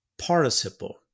participle